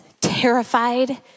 terrified